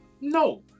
No